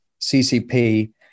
CCP